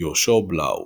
יהושע בלאו,